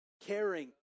caring